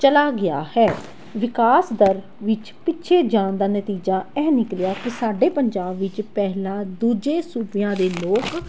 ਚਲਾ ਗਿਆ ਹੈ ਵਿਕਾਸ ਦਰ ਵਿੱਚ ਪਿੱਛੇ ਜਾਣ ਦਾ ਨਤੀਜਾ ਇਹ ਨਿਕਲਿਆ ਕਿ ਸਾਡੇ ਪੰਜਾਬ ਵਿੱਚ ਪਹਿਲਾਂ ਦੂਜੇ ਸੂਬਿਆਂ ਦੇ ਲੋਕ